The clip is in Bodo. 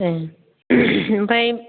ओं आमफ्राय